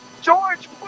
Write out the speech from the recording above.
George